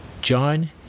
John